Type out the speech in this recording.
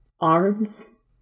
arms